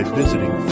visiting